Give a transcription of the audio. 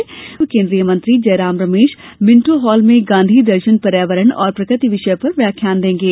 वहीं पूर्व केन्द्रीय मंत्री जयराम रमेश मिन्टो हॉल में गाँधी दर्शन पर्यावरण और प्रकृति विषय पर व्याख्यान देंगे